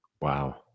wow